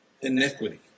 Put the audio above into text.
iniquity